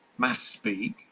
MathSpeak